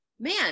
man